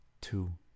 two